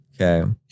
Okay